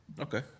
Okay